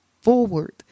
forward